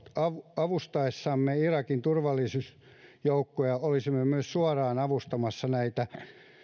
avustaessamme irakin turvallisuusjoukkoja olisimme myös suoraan avustamassa näitä